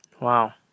Wow